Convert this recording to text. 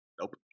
Nope